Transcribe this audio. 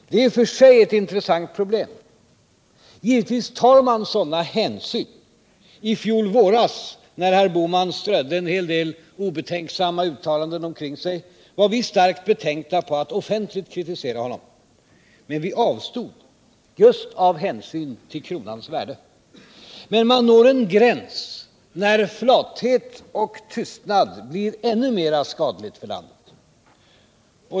Det är i och för sig en intressant frågeställning, och givetvis bör man ta sådana hänsyn. I fjol våras, när herr Bohman strödde en hel del obetänksamma uttalanden omkring sig, var vi starkt betänkta att offentligt kritisera honom. Vi avstod emellertid, just av hänsyn till kronans värde. Men man når en gräns när flathet och tystnad blir ännu mer skadligt för landet.